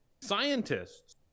Scientists